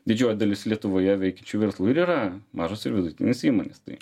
didžioji dalis lietuvoje veikiančių verslų ir yra mažos ir vidutinės įmonės tai